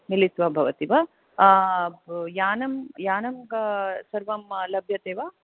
मिलित्वा भवति वा यानं यानं सर्वं लभ्यते वा